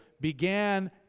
began